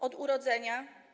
Od urodzenia?